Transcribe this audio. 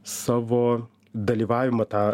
savo dalyvavimą tą